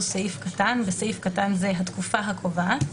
סעיף קטן (בסעיף קטן זה התקופה הקובעת),